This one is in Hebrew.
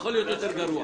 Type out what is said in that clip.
יוכל להיות יותר גרוע.